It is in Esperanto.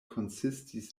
konsistis